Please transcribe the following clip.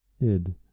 Id